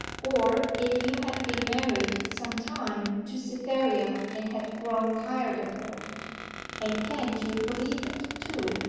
or if you had been married some time to cytherea and had grown tired of her and can't you believe it, too,